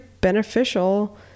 beneficial